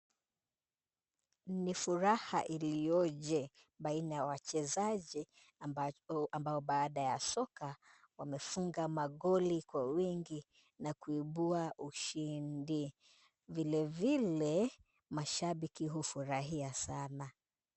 Ni furaha iliyoje baina ya wachezaji ambao baada ya soka wamefunga magoli kwa wingi na kuibua ushindi. Vilevile mashabiki hufurahia sana.